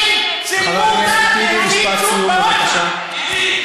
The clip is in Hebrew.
והחיילים צילמו אותה והקליטו בווטסאפ.